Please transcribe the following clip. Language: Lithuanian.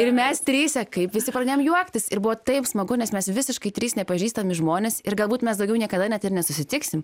ir mes trise kaip visi pradėjom juoktis ir buvo taip smagu nes mes visiškai trys nepažįstami žmonės ir galbūt mes daugiau niekada net ir nesusitiksim